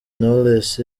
knowless